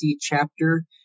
chapter